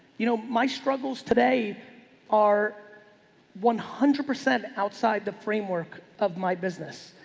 you know my struggles today are one hundred percent outside the framework of my business.